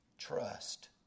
Trust